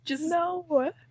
No